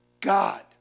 God